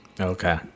okay